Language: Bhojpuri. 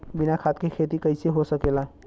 बिना खाद के खेती कइसे हो सकेला?